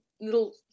little